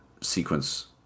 sequence